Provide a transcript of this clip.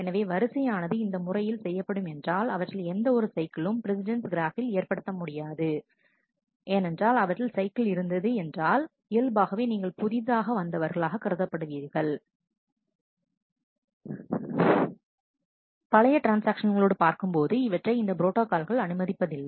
எனவே வரிசையானது இந்த முறையில் செய்யப்படும் என்றால் அவற்றில் எந்த ஒரு சைக்கிளும் பிரஸிடெண்ட்ஸ் கிராஃபில் ஏற்படுத்த முடியாது என்றால் அவற்றில் சைக்கிள் இருந்தது என்றால் இயல்பாகவே நீங்கள் புதிதாக வந்தவர்களாக கருதப்படுவீர்கள் பழைய ட்ரான்ஸ்ஆக்ஷன்களோடு பார்க்கும் போது இவற்றை இந்த ப்ரோட்டாகாலில் அனுமதிப்பதில்லை